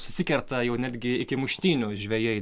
susikerta jau netgi iki muštynių žvejai